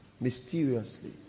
mysteriously